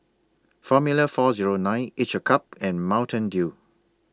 Formula four Zero nine Each A Cup and Mountain Dew